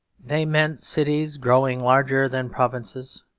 they meant cities growing larger than provinces,